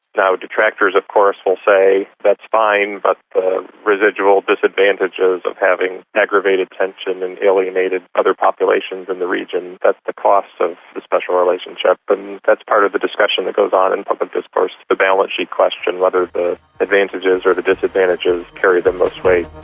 now, detractors of course will say that's fine, but the residual disadvantages of having aggravated tension and alienated other populations in the region, that's the cost of the special relationship and that's part of the discussion goes on in public discourse, the balance sheet question, whether the advantages or the disadvantages carry the most weight.